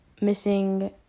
missing